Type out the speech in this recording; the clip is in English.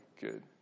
good